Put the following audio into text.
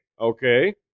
Okay